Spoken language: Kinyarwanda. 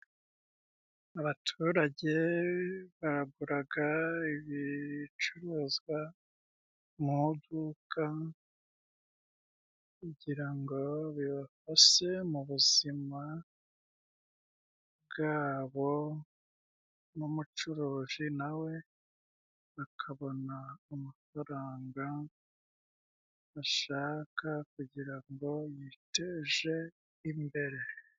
Abaturage baguraga ibicuruzwa mu iduka kugira ngo bibafashe mu buzima bwabo, n'umucuruzi na we akabona amafaranga ashaka kugira ngo yiteze imbere.